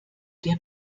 der